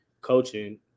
coaching